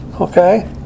Okay